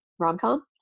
rom-com